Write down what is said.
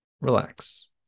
Relax